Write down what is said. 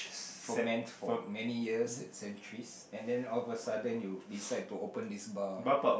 ferment for many years and centuries and then all of a sudden you decide to open this bar